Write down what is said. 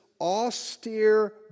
austere